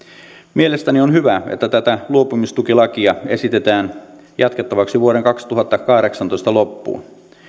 mielestäni on hyvä että tätä luopumistukilakia esitetään jatkettavaksi vuoden kaksituhattakahdeksantoista loppuun